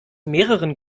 mehreren